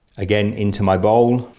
again into my bowl,